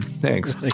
thanks